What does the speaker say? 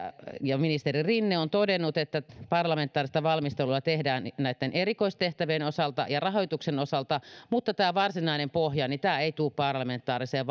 ministeri rinne on todennut että parlamentaarista valmistelua tehdään näitten erikoistehtävien osalta ja rahoituksen osalta mutta tämä varsinainen pohja ei tule parlamentaariseen